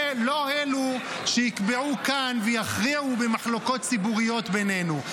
הם לא אלה שיקבעו כאן ויכריעו במחלוקות ציבוריות בינינו.